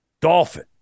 dolphin